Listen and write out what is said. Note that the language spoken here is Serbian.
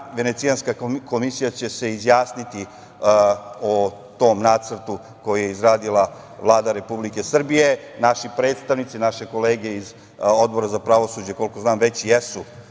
Venecijanska komisija će se izjasniti o tom nacrtu koji je izradila Vlada Republike Srbije. Naši predstavnici, naše kolege iz Odbora za pravosuđe, koliko znam, već jesu